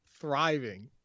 thriving